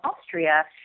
Austria